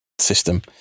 system